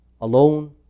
alone